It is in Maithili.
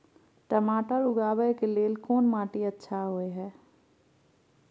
टमाटर उगाबै के लेल कोन माटी अच्छा होय है?